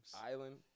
Island